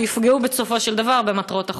שיפגעו בסופו של דבר בהשגת מטרות החוק.